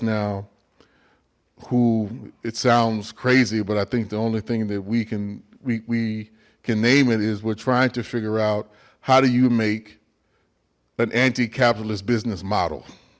now who it sounds crazy but i think the only thing that we can we can name it is we're trying to figure out how do you make an anti capitalist business model